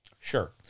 Sure